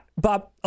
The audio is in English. Bob